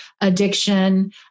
addiction